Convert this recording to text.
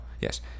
yes